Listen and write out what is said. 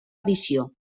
edició